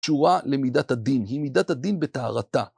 תשורה למידת הדין, היא מידת הדין בטהרתה.